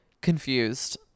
confused